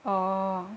orh